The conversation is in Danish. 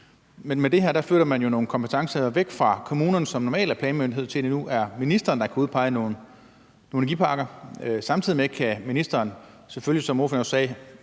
men med det her flytter man jo nogle kompetencer væk fra kommunerne, som normalt er planmyndighed, så det nu er ministeren, der kan udpege nogen energiparker. Samtidig kan ministeren selvfølgelig, som ordføreren jo sagde,